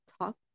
talk